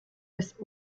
bis